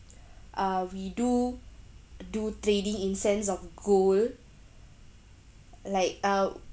uh we do do trading in sense of gold like uh